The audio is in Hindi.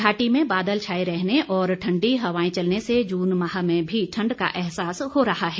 घाटी में बादल छाए रहने और ठण्डी हवाएं चलने से जून माह में भी ठण्ड का एहसास हो रहा है